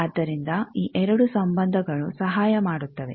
ಆದ್ದರಿಂದ ಈ ಎರಡು ಸಂಬಂಧಗಳು ಸಹಾಯ ಮಾಡುತ್ತವೆ